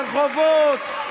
ברחובות.